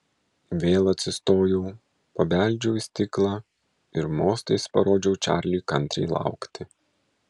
vėl atsistojau pabeldžiau į stiklą ir mostais parodžiau čarliui kantriai laukti